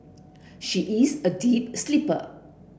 she is a deep sleeper